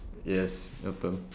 yes your turn